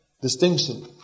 distinction